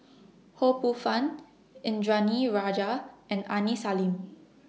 Ho Poh Fun Indranee Rajah and Aini Salim